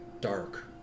dark